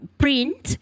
print